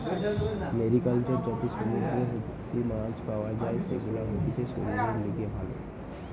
mariculture যাতে সমুদ্র হইতে মাছ পাওয়া যাই, সেগুলা হতিছে শরীরের লিগে ভালো